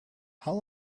how